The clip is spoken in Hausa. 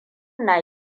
na